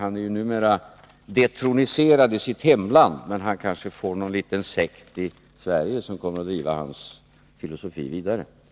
Denne är numera detroniseradisitt hemland, men han får kanske en liten sekt i Sverige, som kommer att driva hans filosofi vidare.